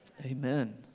Amen